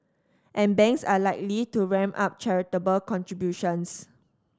and banks are likely to ramp up charitable contributions